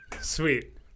Sweet